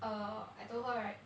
err I told her right